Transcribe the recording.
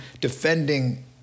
defending